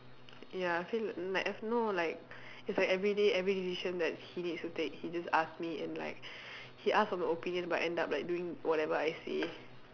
ya I feel I have no like it's like everyday every decision that he needs to take he just ask me and like he ask for my opinion but end up like doing whatever I say